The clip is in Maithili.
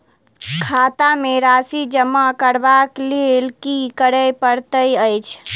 खाता मे राशि जमा करबाक लेल की करै पड़तै अछि?